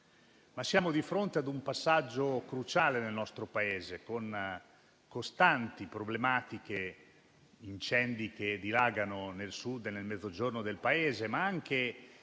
ma siamo di fronte a un passaggio cruciale nel nostro Paese, con costanti problematiche, come incendi che dilagano nel Mezzogiorno, ma anche